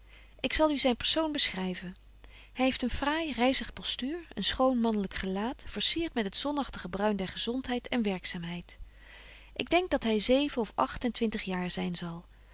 ik zal u zyn persoon beschryven hy heeft een fraai ryzig postuur een schoon manlyk gelaat verciert met het zonagtige bruin der gezontheid en werkzaamheid ik denk dat hy zeven of agt en twintig jaar zyn zal